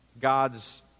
God's